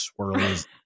swirlies